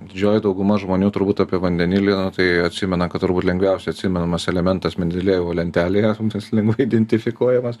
didžioji dauguma žmonių turbūt apie vandenilį tai atsimena kad turbūt lengviausia atsimenamas elementas mendelejevo lentelėje esantis lengvai identifikuojamas